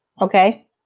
Okay